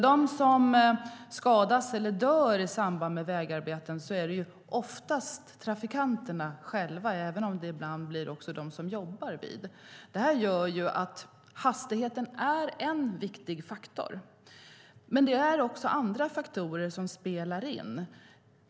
De som skadas eller dör i samband med vägarbeten är oftast trafikanterna själva, även om det ibland är de som jobbar vid vägarbeten. Detta gör att hastigheten är en viktig faktor. Men det är också andra faktorer som spelar in.